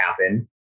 happen